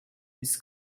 this